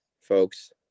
folks